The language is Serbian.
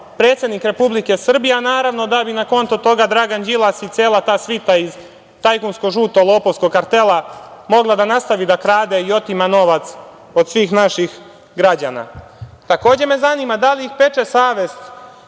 predsednik Republike Srbije, a naravno, da bi na konto toga Dragan Đilas i cela ta svita iz tajkunsko-žuto-lopovskog kartela mogla da nastavi da krade i otima novac od svih naših građana. Takođe me zanima da li ih peče savest